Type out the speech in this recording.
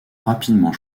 rapidement